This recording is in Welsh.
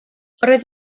roedd